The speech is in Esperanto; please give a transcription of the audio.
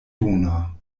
bona